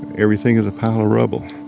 everything is a pile of rubble